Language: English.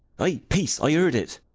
ay, peace i heard it.